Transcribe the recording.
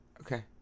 okay